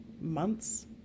months